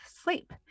sleep